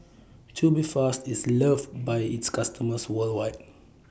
Tubifast IS loved By its customers worldwide